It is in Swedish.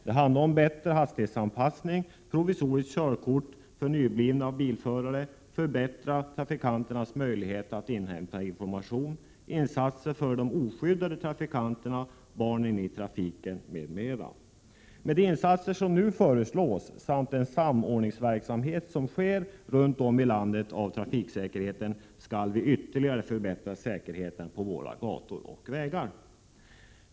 Det handlar om bättre hastighetsanpassning, provisoriskt körkort för nyblivna bilförare, förbättrande av trafikanternas möjlighet att inhämta information, insatser för de oskyddade trafikanterna, för barnen i trafiken m.m. Med de insatser som nu föreslås, samt den samordningsverksamhet som sker runt om i landet av trafiksäkerheten, skall vi ytterligare förbättra säkerheten på våra gator och vägar.